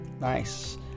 nice